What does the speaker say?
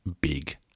big